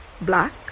black